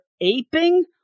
aping